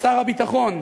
שר הביטחון,